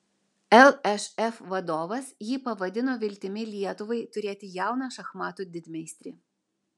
lšf vadovas jį pavadino viltimi lietuvai turėti jauną šachmatų didmeistrį